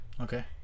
okay